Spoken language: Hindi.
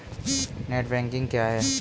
नेट बैंकिंग क्या है?